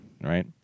Right